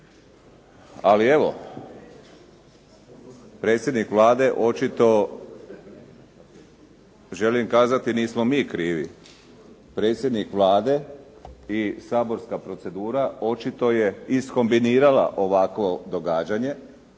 ali evo. Predsjednik Vlade, očito želim kazati nismo mi krivi, predsjednik Vlade i saborska procedura očito je iskombinirala ovakvo događanje